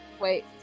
Wait